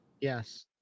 Yes